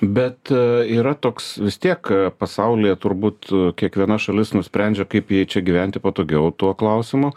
bet yra toks vis tiek pasaulyje turbūt kiekviena šalis nusprendžia kaip jai čia gyventi patogiau tuo klausimu